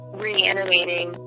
reanimating